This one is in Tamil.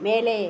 மேலே